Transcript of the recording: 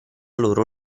loro